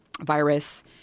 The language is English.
virus